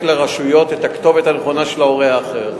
לרשויות את הכתובת הנכונה של ההורה האחר.